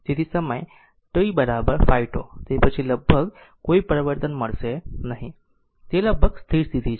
તેથી સમય t 5 τ તે પછી લગભગ કોઈ પરિવર્તન મળશે નહીં તે લગભગ આ સ્થિર સ્થિતિ છે